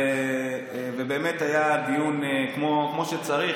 ובאמת היה דיון כמו שצריך,